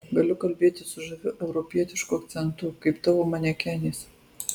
galiu kalbėti su žaviu europietišku akcentu kaip tavo manekenės